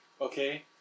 Okay